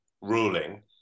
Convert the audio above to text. ruling